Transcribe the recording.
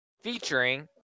Featuring